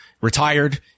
retired